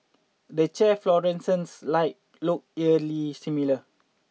the chair fluorescent light look eerily similar